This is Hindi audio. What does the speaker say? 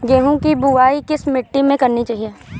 गेहूँ की बुवाई किस मिट्टी में करनी चाहिए?